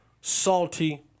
salty